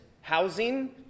housing